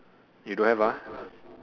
you don't have ah